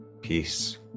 peace